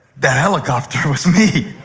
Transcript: that helicopter was me.